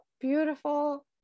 beautiful